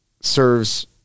serves